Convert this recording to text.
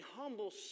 humble